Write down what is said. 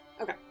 Okay